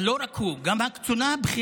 אבל לא רק הוא, גם הקצונה הבכירה